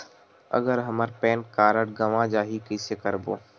अगर हमर PAN card गवां जाही कइसे करबो?